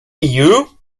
you